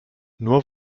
nur